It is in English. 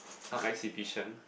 some exhibition